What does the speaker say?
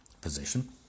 position